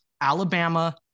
Alabama